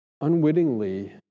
unwittingly